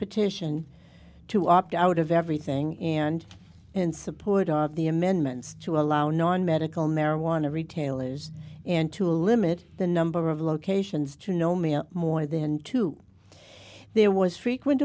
petition to opt out of everything and in support of the amendments to allow non medical marijuana retailers and to limit the number of locations to no mia more than two there was frequent